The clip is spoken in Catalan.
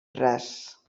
ras